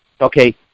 okay